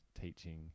teaching